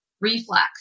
reflex